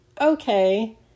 okay